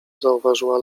zauważyła